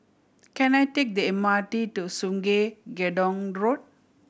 can I take the M R T to Sungei Gedong Road